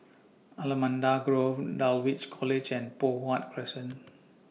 Allamanda Grove Dulwich College and Poh Huat Crescent